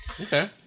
Okay